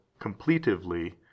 completively